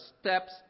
steps